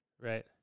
Right